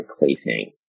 replacing